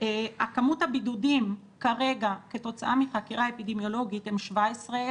כמות הבידודים כרגע כתוצאה מחקירה אפידמיולוגית הם 17,000.